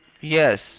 Yes